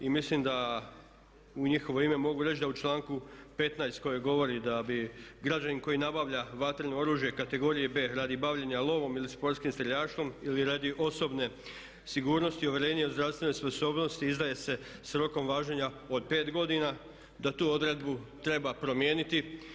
I mislim da u njihovo ime mogu reći da u članku 15.koji govori da bi građanin koji nabavlja vatreno oružje kategorije B radi bavljenja lovom ili sportskim streljaštvom ili radi osobne sigurnosti uvjerenje o zdravstvenoj sposobnosti izdaje s rokom važenja od 5 godina, da tu odredbu treba promijeniti.